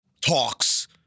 Talks